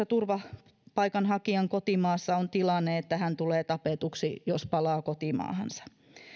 turvapaikanhakijan kotimaassa on tilanne että hän tulee tapetuksi jos palaa kotimaahansa